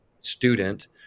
student